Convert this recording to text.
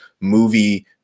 movie